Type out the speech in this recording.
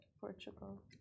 Portugal